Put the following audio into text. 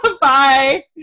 Bye